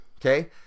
okay